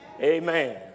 Amen